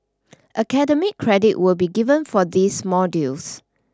academic credit will be given for these modules